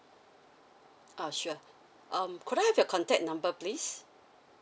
ah sure um could I have your contact number please